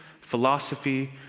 philosophy